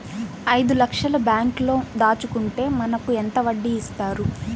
ఐదు లక్షల బ్యాంక్లో దాచుకుంటే మనకు ఎంత వడ్డీ ఇస్తారు?